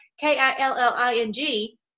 K-I-L-L-I-N-G